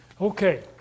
Okay